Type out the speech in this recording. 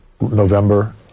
November